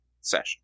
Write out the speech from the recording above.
session